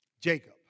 Jacob